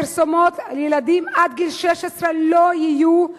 הפרסומות לילדים עד גיל 16 לא יהיו,